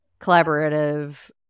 collaborative